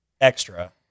extra